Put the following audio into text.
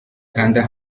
kanda